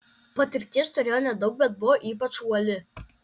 patirties turėjo nedaug bet buvo ypač uoli